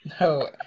no